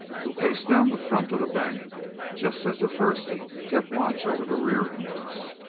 who paced down the front of the bank just as the first kept watch over the rear entrance.